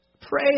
Pray